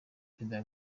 perezida